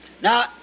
Now